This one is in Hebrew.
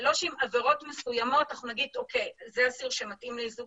זה לא שעם עבירות מסוימות נגיד זה אסיר שמתאים לאיזוק